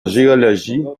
géologie